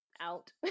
out